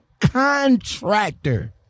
contractor